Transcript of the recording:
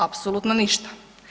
Apsolutno ništa.